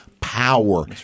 power